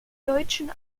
deutschen